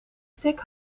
stick